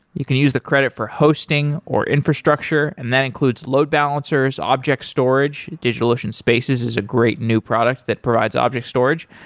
you can use the credit for hosting, or infrastructure, and that includes load balancers, object storage. storage. digitalocean spaces is a great new product that provides object storage,